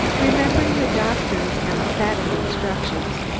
remembering the doctor's emphatic instructions,